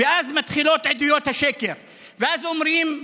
ואז מתחילות עדויות השקר, ואז אומרים: